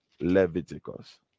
Leviticus